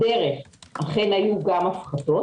בדרך היו אכן גם הפחתות